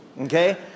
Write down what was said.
okay